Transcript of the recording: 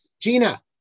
Gina